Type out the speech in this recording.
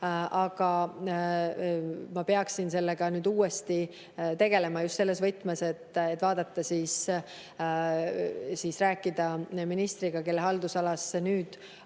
Aga ma peaksin sellega nüüd uuesti tegelema, just selles võtmes, et rääkida ministriga, kelle haldusalas see nüüd